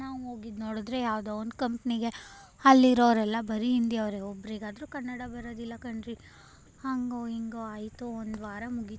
ನಾವು ಹೋಗಿದ್ ನೋಡಿದ್ರೆ ಯಾವುದೋ ಒಂದು ಕಂಪ್ನಿಗೆ ಅಲ್ಲಿರೋವ್ರೆಲ್ಲ ಬರೀ ಹಿಂದಿಯವ್ರೇ ಒಬ್ರಿಗಾದರೂ ಕನ್ನಡ ಬರೋದಿಲ್ಲ ಕಣ್ರೀ ಹಾಗೋ ಹೀಗೋ ಆಯಿತು ಒಂದುವಾರ ಮುಗೀತು